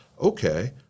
okay